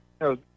No